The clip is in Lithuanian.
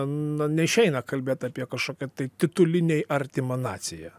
na neišeina kalbėt apie kažkokią tai tituliniai artimą naciją